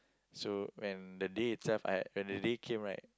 so when the day itself I had when the day came right